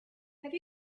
have